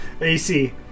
AC